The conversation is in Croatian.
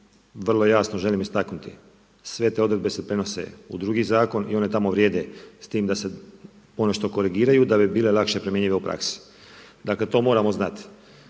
vrlo jasno želim istaknuti, sve te odredbe se prenose u drugi zakon i one tamo vrijede. S time da se ono što korigiraju da bi bile lakše primjenjive u praksi. Dakle to moramo znati.